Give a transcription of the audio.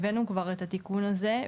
הבאנו כבר את התיקון הזה,